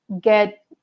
get